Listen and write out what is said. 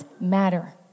matter